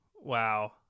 Wow